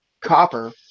Copper